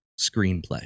screenplay